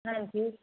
ਹਾਂਜੀ